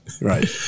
Right